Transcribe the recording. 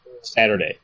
Saturday